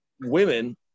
women